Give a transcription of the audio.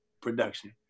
production